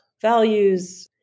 values